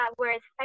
whereas